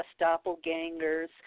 Doppelgangers